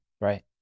Right